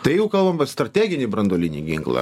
tai jau kalbam vat strateginį branduolinį ginklą